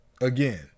Again